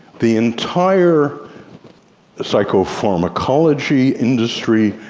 the entire psychopharmacology industry,